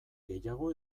gehiago